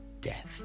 death